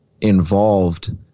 involved